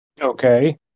Okay